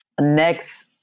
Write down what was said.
next